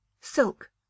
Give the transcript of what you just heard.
silk